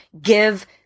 give